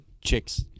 chicks